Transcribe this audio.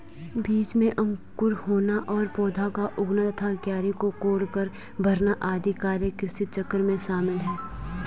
बीज में अंकुर होना और पौधा का उगना तथा क्यारी को कोड़कर भरना आदि कार्य कृषिचक्र में शामिल है